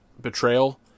betrayal